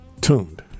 tuned